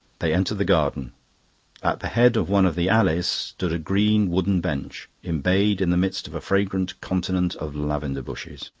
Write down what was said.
they entered the garden at the head of one of the alleys stood a green wooden bench, embayed in the midst of a fragrant continent of lavender bushes.